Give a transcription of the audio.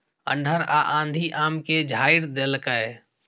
अन्हर आ आंधी आम के झाईर देलकैय?